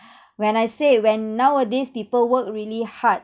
when I said when nowadays people work really hard